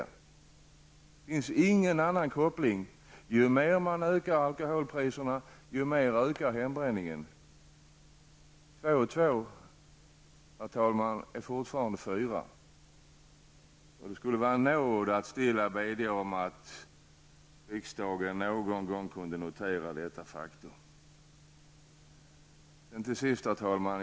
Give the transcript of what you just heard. Det finns ingen annan koppling. Ju mer man ökar alkoholpriserna, desto mer ökar hembränningen. Två plus två, herr talman, blir fortfarande fyra. Det skulle vara en nåd att stilla bedja om att riksdagen någon gång kunde notera detta faktum. Till sist, herr talman!